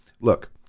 look